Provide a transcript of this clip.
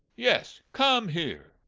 yes come here.